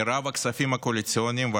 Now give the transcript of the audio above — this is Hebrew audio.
את רוב הכספים הקואליציוניים,